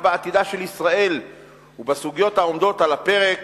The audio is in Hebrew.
בעתידה של ישראל ובסוגיות העומדות על הפרק